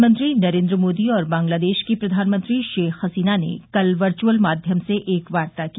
प्रधानमंत्री नरेन्द्र मोदी और बंगलादेश की प्रधानमंत्री शेख हसीना ने कल वर्युअल माध्यम से एक वार्ता की